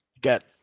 get